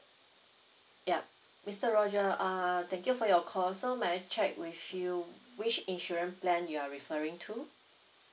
ya mister roger err thank you for your call so may I check with you which insurance plan you are referring to